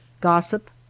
gossip